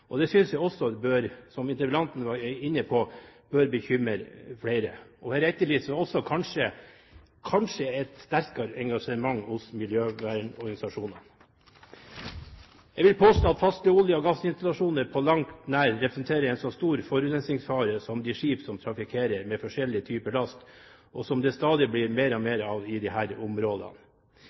Det synes jeg, som interpellanten også var inne på, bør bekymre flere. Jeg etterlyser også kanskje et sterkere engasjement hos miljøvernorganisasjonene. Jeg vil påstå at faste olje- og gassinstallasjoner på langt nær representerer en så stor forurensningsfare som de skip som trafikkerer med forskjellig type last, noe det stadig blir mer og mer av i disse områdene.